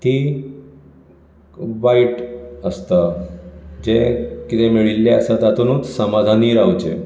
ती वायट आसता जें कितें मेळिल्लें आसा तातुंनूच समाधानी रावचें